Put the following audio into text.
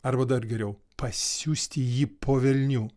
arba dar geriau pasiųsti jį po velnių